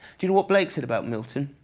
do you know what blake said about milton?